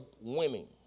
winning